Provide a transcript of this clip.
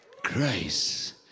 Grace